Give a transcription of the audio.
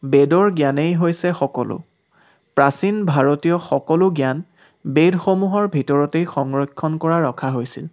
বেদৰ জ্ঞানেই হৈছে সকলো প্ৰাচীন ভাৰতীয় সকলো জ্ঞান বেদসমূহৰ ভিতৰতে সংৰক্ষণ কৰা ৰখা হৈছিল